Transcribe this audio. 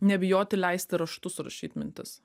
nebijoti leisti raštu surašyt mintis